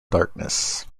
darkness